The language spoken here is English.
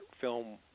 film